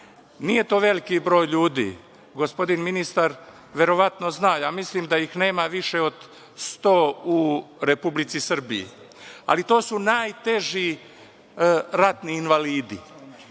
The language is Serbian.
Nije to veliki broj ljudi. Gospodin ministar verovatno zna. Ja mislim da ih nema više od 100 u Republici Srbiji. To su najteži ratni invalidi. Kada